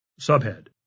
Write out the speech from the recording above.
Subhead